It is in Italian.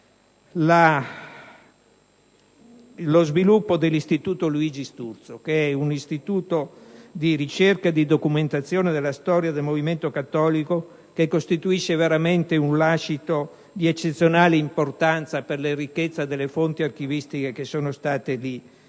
lo sviluppo dell'istituto Luigi Sturzo, un istituto di ricerca e documentazione della storia del movimento cattolico che costituisce veramente un lascito di eccezionale importanza per le ricchezza delle fonti archivistiche che sono state lì